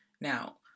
Now